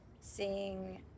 seeing